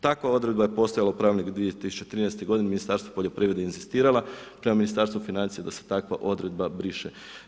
Takva odredba je postajala u Pravilniku 2013. godine, Ministarstvo poljoprivrede je inzistiralo prema Ministarstvu financija da se takva odredba briše.